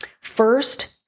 First